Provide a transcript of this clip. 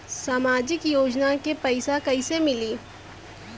सामाजिक योजना के पैसा कइसे मिली?